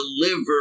deliver